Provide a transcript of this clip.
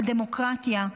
על דמוקרטיה,